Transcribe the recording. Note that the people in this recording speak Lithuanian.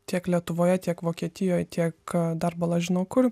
tiek lietuvoje tiek vokietijoj tiek kad dar bala žino kur